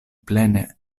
plene